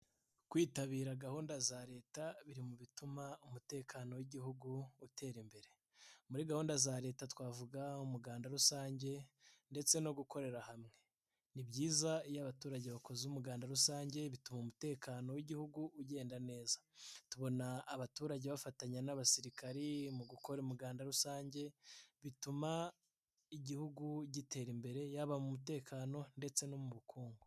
Kwitabira gahunda za Leta biri mu bituma umutekano w'Igihugu utera imbere, muri gahunda za Leta twavuga umuganda rusange ndetse no gukorera hamwe, ni byiza iyo abaturage bakoze umuganda rusange bituma umutekano w'Igihugu ugenda neza, tubona abaturage bafatanya n'abasirikari bafatanya mu gukora umuganda rusange, bituma Igihugu gitera imbere yaba mu mutekano ndetse no mu bukungu.